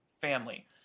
family